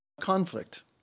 conflict